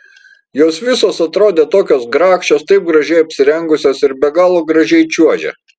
jos visos atrodė tokios grakščios taip gražiai apsirengusios ir be galo gražiai čiuožė